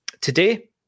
today